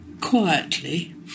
Quietly